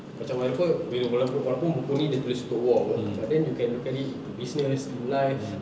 macam walaupun bila orang tu buku ni dia tulis untuk war [pe] but then you can look at it into business in life